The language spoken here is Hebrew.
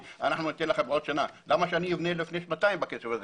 --- ניתן לכם עוד שנה למה שאני אבנה לפני שנתיים בכסף הזה?